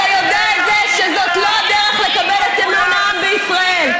אתה יודע שזאת לא הדרך לקבל את אמון העם בישראל,